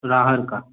राहर का